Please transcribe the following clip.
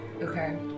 Okay